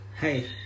Hey